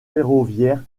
ferroviaire